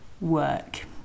work